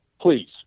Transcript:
please